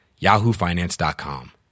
yahoofinance.com